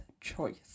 choice